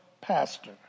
pastor